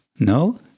No